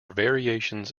variations